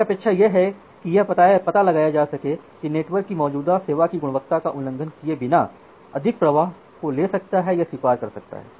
एक अपेक्षा यह है कि यह पता लगाया जा सके कि नेटवर्क की मौजूदा सेवा की गुणवत्ता का उल्लंघन किए बिना अधिक प्रवाह को ले सकता है या स्वीकार कर सकता है